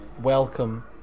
Welcome